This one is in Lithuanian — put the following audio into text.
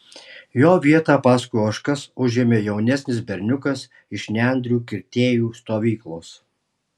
jo vietą paskui ožkas užėmė jaunesnis berniukas iš nendrių kirtėjų stovyklos